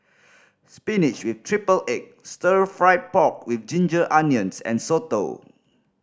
spinach with triple egg Stir Fried Pork With Ginger Onions and soto